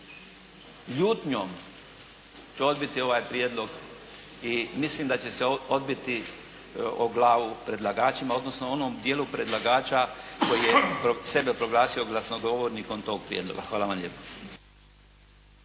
ljutnjom ću odbiti ovaj prijedlog i mislim da će se odbiti o glavu predlagačima, odnosno onom dijelu predlagača koji je sebe proglasio glasnogovornikom tog prijedloga. Hvala vam lijepa.